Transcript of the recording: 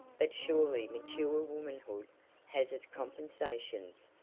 but surely mature womanhood has its compensations,